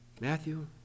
Matthew